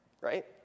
Right